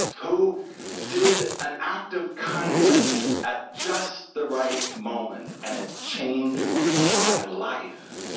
who did an act of kindness at just the right moment, and it changed my life.